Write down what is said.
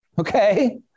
Okay